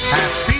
Happy